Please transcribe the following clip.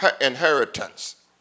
inheritance